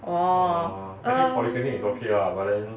orh um